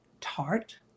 tart